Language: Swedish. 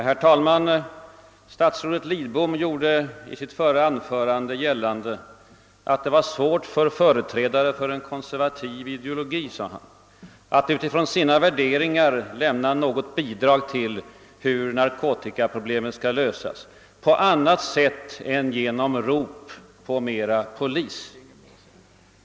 Herr talman! Statsrådet Lidbom sade i sitt förra anförande att det var svårt för företrädare för en konservativ ideologi att utifrån sina värderingar lämna något bidrag till frågan hur narkotikaproblemet skall lösas på annat sätt än genom rop på mera polis.